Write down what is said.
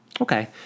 okay